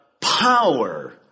power